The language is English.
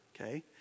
Okay